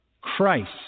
Christ